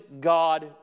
God